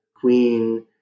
Queen